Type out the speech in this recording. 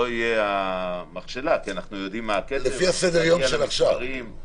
יהווה מכשלה כי אנחנו יודעים מה כמות המתחסנים.